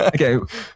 Okay